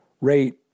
rate